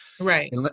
Right